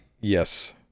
yes